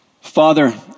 Father